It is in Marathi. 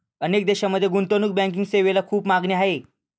अनेक देशांमध्ये गुंतवणूक बँकिंग सेवेला खूप मागणी आहे